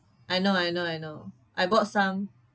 I know I know I know I bought some